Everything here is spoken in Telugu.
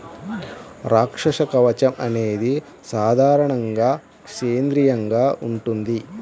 రక్షక కవచం అనేది సాధారణంగా సేంద్రీయంగా ఉంటుంది